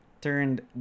turned